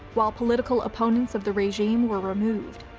while political opponents of the regime were removed.